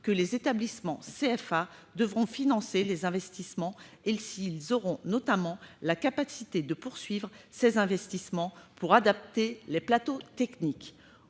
que les établissements CFA devront financer les investissements et s'ils auront, notamment, la capacité de poursuivre ces investissements pour adapter les plateaux techniques.